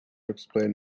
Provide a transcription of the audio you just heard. explain